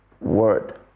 word